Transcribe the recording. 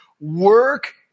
work